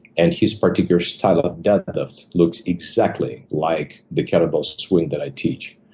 and his particular style of deadlift looks exactly like the kettle bell swing that i teach.